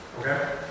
Okay